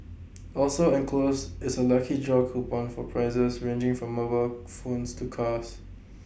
also enclosed is A lucky draw coupon for prizes ranging from mobile phones to cars